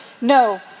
No